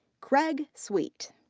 craig sweet.